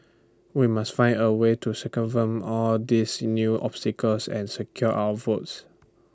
we must find A way to circumvent all these new obstacles and secure our votes